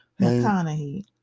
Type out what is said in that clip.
McConaughey